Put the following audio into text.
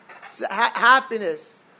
happiness